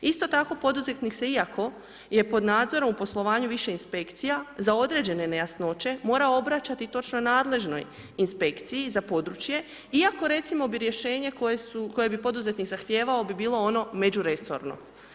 Isto tako poduzetnik se, iako je pod nadzorom u poslovanju više inspekcija, za određene nejasnoće morao obraćati točno nadležnoj inspekciji za područje, iako recimo bi rješenje koje bi poduzetnik zahtijevao bi bilo ono međuresorno.